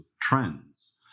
trends